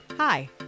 Hi